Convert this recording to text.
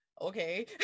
okay